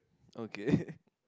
okay